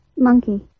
Monkey